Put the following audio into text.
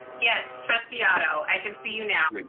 yes, trustee otto, i can see you now.